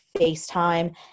FaceTime